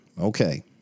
Okay